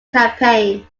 campaign